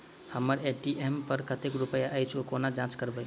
हम्मर ए.टी.एम पर कतेक रुपया अछि, ओ कोना जाँच करबै?